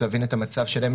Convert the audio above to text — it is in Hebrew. להבין את המצב שלהן,